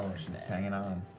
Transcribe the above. she's hanging on.